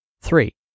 Three